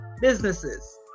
businesses